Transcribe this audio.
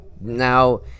Now